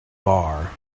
bar